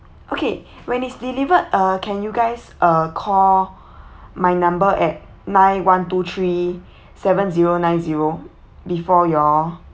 okay when it's delivered uh can you guys uh call my number at nine one two three seven zero nine zero before your